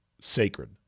sacred